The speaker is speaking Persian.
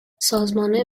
سازمان